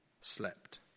slept